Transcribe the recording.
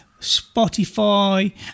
Spotify